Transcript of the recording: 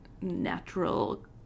natural